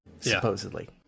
Supposedly